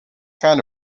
kind